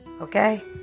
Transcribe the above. Okay